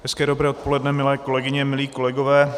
Hezké dobré odpoledne, milé kolegyně, milí kolegové.